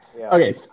Okay